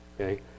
okay